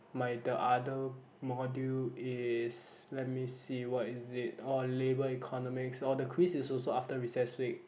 my the other module is let me see what is it or labour economics or the quiz is also after recess week